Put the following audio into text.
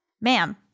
Ma'am